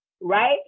right